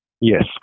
Yes